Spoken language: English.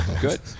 good